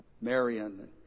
Marion